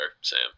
Sam